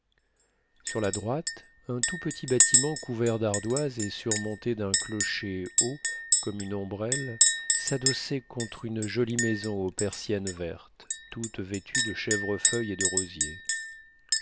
sur la droite un tout petit bâtiment couvert d'ardoises et surmonté d'un clocher haut comme une ombrelle s'adossait contre une jolie maison aux persiennes vertes toute vêtue de chèvrefeuilles et de rosiers